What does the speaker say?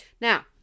Now